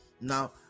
Now